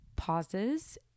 pauses